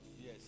Yes